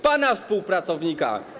Pana współpracownika.